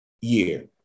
year